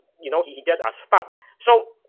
you know, he he just stuck. so,